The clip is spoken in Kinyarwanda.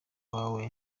wawe